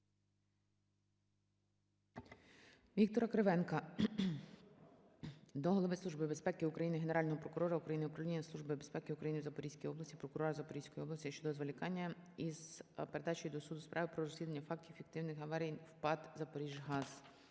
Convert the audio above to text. Віктора Кривенка до Голови Служби безпеки України, Генерального прокурора України, Управління Служби безпеки України в Запорізькій області, прокурора Запорізької області щодо зволікання із передачею до суду справи по розслідуванню фактів фіктивних аварій в ПАТ "Запоріжгаз".